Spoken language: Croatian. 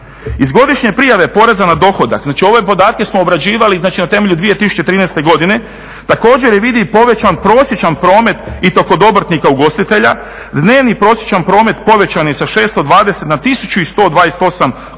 Iz godišnje prijave poreza na dohodak, znači ove podatke smo obrađivali, znači na temelju 2013. godine. Također je vidi povećan prosječan promet i to kod obrtnika ugostitelja, dnevni prosječan promet povećan je sa 620 na 1128 kuna.